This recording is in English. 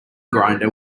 grinder